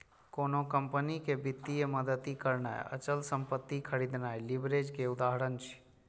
कोनो कंपनी कें वित्तीय मदति करनाय, अचल संपत्ति खरीदनाय लीवरेज के उदाहरण छियै